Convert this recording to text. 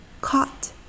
caught